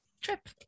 trip